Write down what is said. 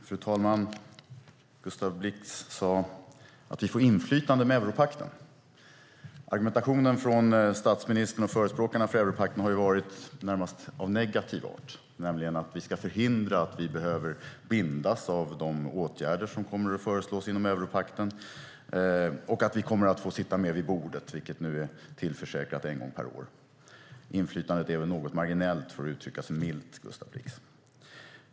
Fru talman! Gustav Blix sade att vi får inflytande med europakten. Argumentationen från statsministern och förespråkarna för europakten har ju varit närmast av negativ art, nämligen att vi ska förhindra att vi behöver bindas av de åtgärder som kommer att föreslås inom europakten och att vi kommer att få sitta med vid bordet, vilket nu är tillförsäkrat, en gång per år. Inflytandet är något marginellt, för att uttrycka sig milt, Gustav Blix.